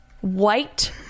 white